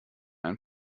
ein